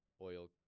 oil